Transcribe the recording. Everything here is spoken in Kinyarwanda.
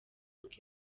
kuko